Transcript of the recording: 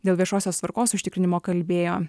dėl viešosios tvarkos užtikrinimo kalbėjo